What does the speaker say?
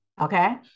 Okay